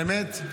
האמת,